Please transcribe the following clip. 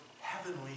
heavenly